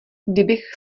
kdybych